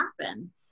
happen